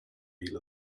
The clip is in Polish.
ile